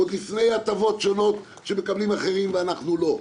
עוד לפני הטבות שונות שמקבלים אחרים ואנחנו לא.